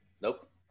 Nope